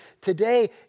Today